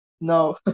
No